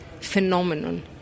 phenomenon